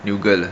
new girl